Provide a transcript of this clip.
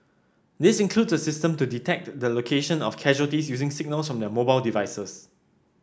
this includes a system to detect the location of casualties using signals their mobile devices